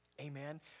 Amen